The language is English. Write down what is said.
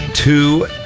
Two